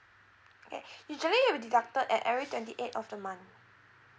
okay usually it will deducted at every twenty eighth of the month